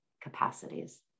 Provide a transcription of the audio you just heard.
capacities